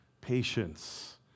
patience